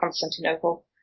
Constantinople